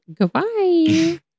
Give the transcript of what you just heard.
Goodbye